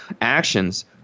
actions